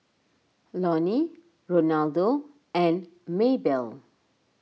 Loni Ronaldo and Maebell